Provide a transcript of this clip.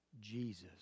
Jesus